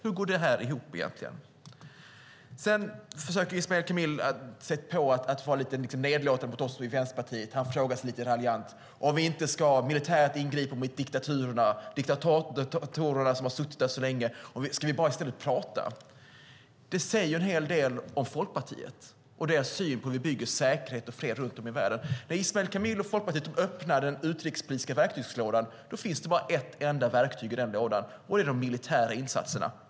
Hur går det här ihop egentligen? Sedan försöker Ismail Kamil sig på att vara lite nedlåtande mot oss i Vänsterpartiet. Han frågar lite raljant om vi inte ska ingripa militärt mot diktaturerna, mot de diktatorer som har suttit där så länge. Ska vi i stället bara prata? Det säger en hel del om Folkpartiet och dess syn på hur vi bygger säkerhet och fred runt om i världen. När Ismail Kamil och Folkpartiet öppnar den utrikespolitiska verktygslådan finns det bara ett enda verktyg i den lådan, och det är de militära insatserna.